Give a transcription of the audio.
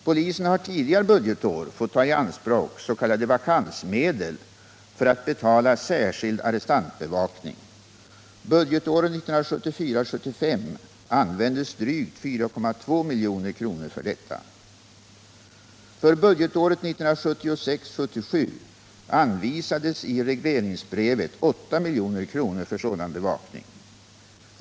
Polisen har tidigare budgetår fått ta i anspråk s.k. vakansmedel för att betala särskild arrestantbevakning. Budgetåret 1974 77 anvisades i regleringsbrevet 8 milj.kr. för sådan bevakning.